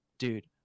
dude